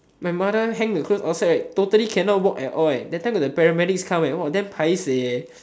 my mother hang the clothes outside right totally cannot walk at all leh that time got the paramedics come damn paiseh